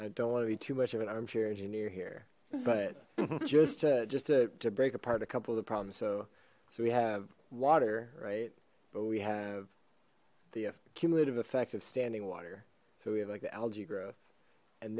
i don't want to be too much of an armchair engineer here but just just to break apart a couple of the problems so so we have water right but we have the cumulative effect of standing water so we have like the algae growth and